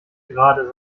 gerade